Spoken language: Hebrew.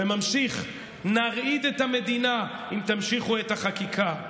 וממשיך: נרעיד את המדינה אם תמשיכו את החקיקה.